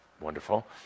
Wonderful